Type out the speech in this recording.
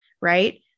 right